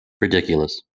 Ridiculous